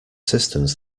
systems